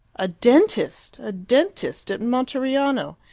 a dentist! a dentist at monteriano.